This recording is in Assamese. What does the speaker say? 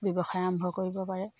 ব্যৱসায় আৰম্ভ কৰিব পাৰে